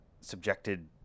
subjected